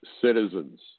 citizens